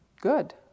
good